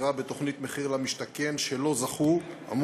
מחיר למשתכן שלא זכו בהגרלה,